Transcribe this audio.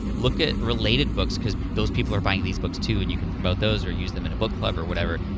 look at related books, because those people are buying these books, too, and you can promote those or use them in a book club or whatever.